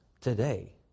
today